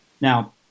Now